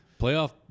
playoff